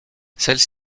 celles